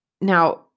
now